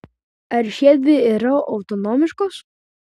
ar šiedvi yra autonomiškos